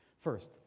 First